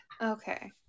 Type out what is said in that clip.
Okay